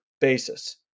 basis